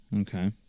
okay